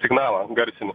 signalą garsinį